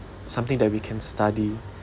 something that we can study